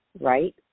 right